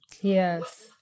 yes